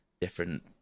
different